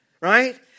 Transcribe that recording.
right